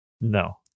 No